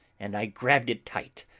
and i grabbed it tight.